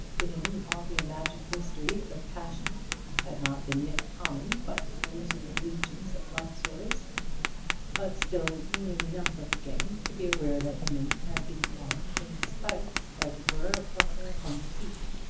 to him all the imagined mysteries of passion had not been made common by the perusal of legions of love stories but still he knew enough of the game to be aware that women had been won in spite, as it were, of their own teeth.